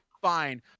Fine